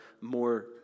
more